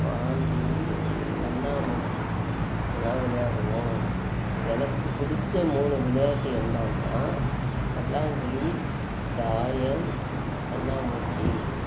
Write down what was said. பாண்டி கண்ணாமூச்சி எல்லாம் விளையாடுவோம் எனக்கு பிடிச்ச மூணு விளையாட்டு என்னென்னா பல்லாங்குழி தாயம் கண்ணாமூச்சி